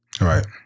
Right